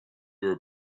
were